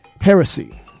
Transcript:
heresy